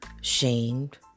shamed